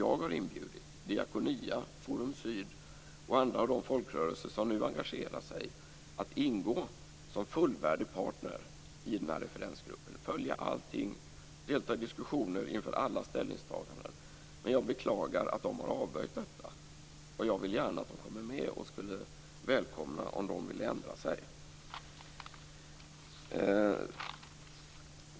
Jag har inbjudit Diakonia, Forum Syd och andra folkrörelser som nu engagerar sig att ingå som fullvärdiga partner i referensgruppen, där de skulle kunna följa allting och delta i diskussioner inför alla ställningstaganden. Jag beklagar att de har avböjt detta. Jag vill gärna att de kommer med och skulle välkomna om de ville ändra sig.